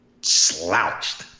slouched